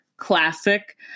classic